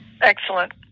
Excellent